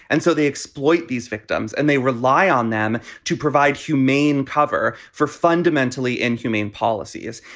and so they exploit these victims and they rely on them to provide humane cover for fundamentally inhumane policies.